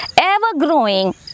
ever-growing